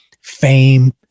fame